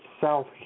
South